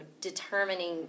determining